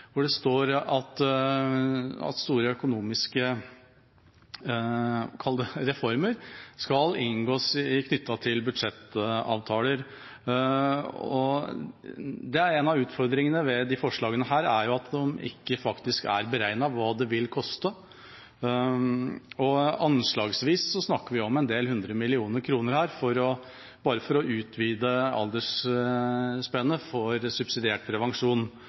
hvor det står at store økonomiske – la oss kalle det – reformer skal inngås knyttet til budsjettavtaler. En av utfordringene ved disse forslagene er at det ikke er beregnet hva det vil koste. Anslagsvis snakker vi her om en del hundre millioner kroner for bare å utvide aldersspennet når det gjelder subsidiert prevensjon.